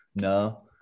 No